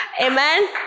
Amen